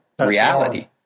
reality